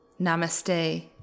Namaste